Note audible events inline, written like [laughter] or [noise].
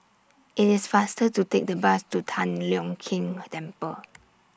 IT IS faster to Take The Bus to Tian Leong Keng Temple [noise]